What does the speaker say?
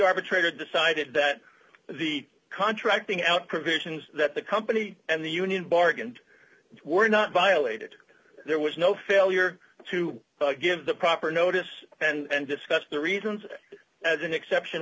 arbitrator decided that the contract thing out provisions that the company and the union bargained that were not violated there was no failure to give the proper notice and discuss the reasons as an exception